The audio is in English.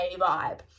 vibe